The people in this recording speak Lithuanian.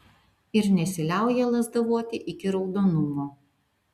ir nesiliauja lazdavoti iki raudonumo